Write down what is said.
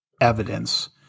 evidence